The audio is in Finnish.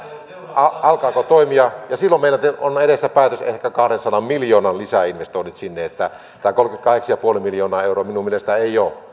alkaako toimia ja silloin meillä on edessä päätös ehkä kahdensadan miljoonan lisäinvestoinneista sinne tämä kolmekymmentäkahdeksan pilkku viisi miljoonaa euroa minun mielestäni ei ole